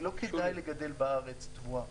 לא כדאי לגדל בארץ תבואה.